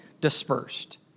dispersed